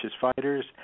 fighters